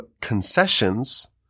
concessions